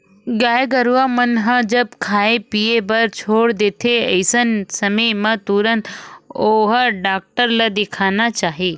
गाय गरुवा मन ह जब खाय पीए बर छोड़ देथे अइसन समे म तुरते ढ़ोर डॉक्टर ल देखाना चाही